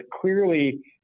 clearly